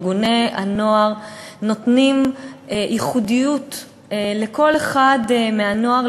ארגוני הנוער נותנים ייחודיות לכל אחד מבני-הנוער,